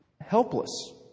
Helpless